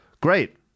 Great